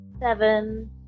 Seven